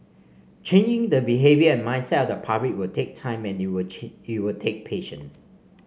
changing the behaviour and mindset the public will take time and you'll you'll take patience